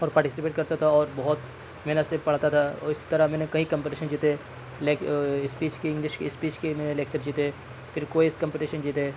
اور پارٹیسپیٹ کرتا تھا اور بہت محنت سے پڑھتا تھا اور اس طرح میں نے کئی کمپیٹیشن جیتے اسپیچ کی انگلش کی اسپیچ کی میں لیکچر جیتے پھر کوئیز کمپیٹیشن جیتے